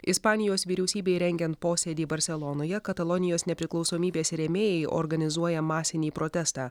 ispanijos vyriausybei rengiant posėdį barselonoje katalonijos nepriklausomybės rėmėjai organizuoja masinį protestą